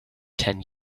ten